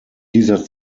dieser